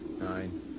nine